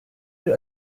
bir